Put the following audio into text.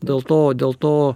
dėl to dėl to